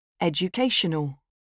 Educational